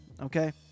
Okay